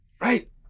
right